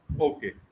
Okay